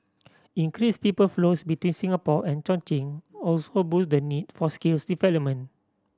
increased people flows between Singapore and Chongqing also boost the need for skills development